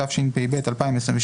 התשפ"ב-2022,